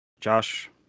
Josh